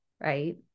Right